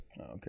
Okay